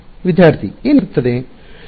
ವಿದ್ಯಾರ್ಥಿ ಏನು ಇರುತ್ತದೆ